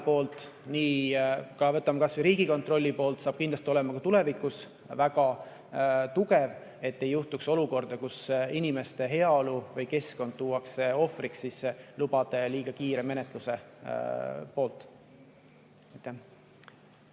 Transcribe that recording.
poolt kui ka Riigikontrolli poolt saab kindlasti olema ka tulevikus väga tugev, et ei tekiks olukorda, kus inimeste heaolu või keskkond tuuakse ohvriks lubade liiga kiire menetluse tõttu.